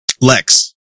Lex